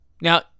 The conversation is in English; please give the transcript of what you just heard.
Now